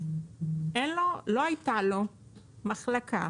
לא הייתה לו מחלקה